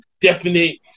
definite